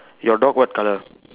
your dog what colour